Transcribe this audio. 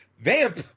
Vamp